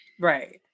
Right